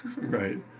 Right